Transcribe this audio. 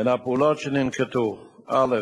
תודה, אדוני.